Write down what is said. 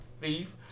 thief